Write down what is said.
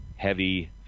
Heavy